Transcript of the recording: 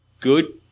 good